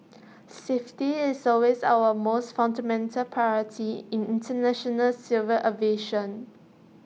safety is always our most fundamental priority in International civil aviation